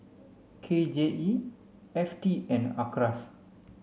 K J E F T and Acres